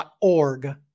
.org